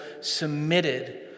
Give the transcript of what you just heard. submitted